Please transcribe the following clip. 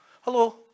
hello